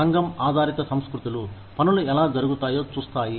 సంఘం ఆధారిత సంస్కృతులు పనులు ఎలా జరుగుతాయో చూస్తాయి